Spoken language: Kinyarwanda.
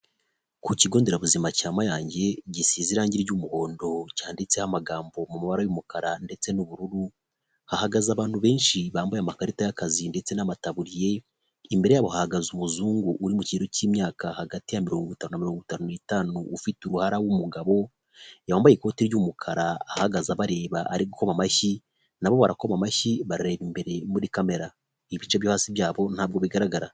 Ku kigo nderabuzima cya Mayange, gisize irangi ry'umuhondo cyanditseho amagambo mu mabara y'umukara ndetse n'ubururu. Hahagaze abantu benshi bambaye amakarita y'akazi ndetse n'amataburiya, imbere yabo hahagaze umuzungu uri mu kigero cy'imyaka hagati ya mirongo itanu na mirongo itanu n'itanu, ufite uruhara w'umugabo, yambaye ikoti ry'umukara ahagaze abareba ari gukoma amashyi, nabo barakoma amashyi bareba imbere muri camera, ibice byo hasi byabo ntabwo bigaragara.